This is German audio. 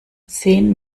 zehn